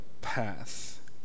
path